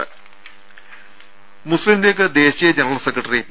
രും മുസ്ലീം ലീഗ് ദേശീയ general secretary P